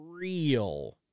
real